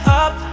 up